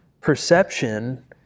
perception